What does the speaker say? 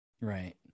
Right